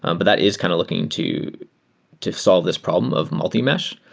um but that is kind of looking to to solve this problem of multi-mesh.